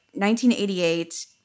1988